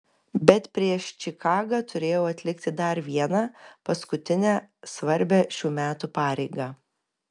bet prieš čikagą turėjau atlikti dar vieną paskutinę svarbią šių metų pareigą